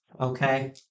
Okay